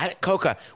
Coca